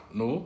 no